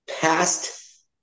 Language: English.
past